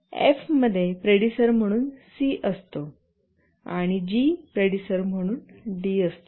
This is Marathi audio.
फॅ मध्ये प्रेडिसर म्हणून सी असतो आणि जी प्रेडिसर म्हणून डी असतो